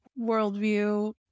worldview